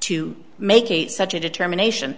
to make such a determination